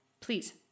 Please